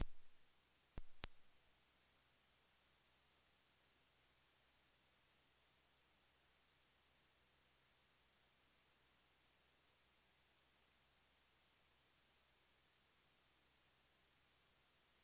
Ingen annan regering har gjort så mycket i det här avseendet.